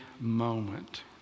moment